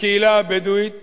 מהקהילה הבדואית